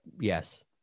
yes